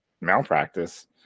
malpractice